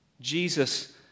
Jesus